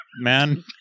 man